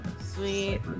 Sweet